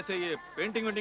ah you painting? and